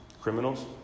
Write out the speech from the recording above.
Criminals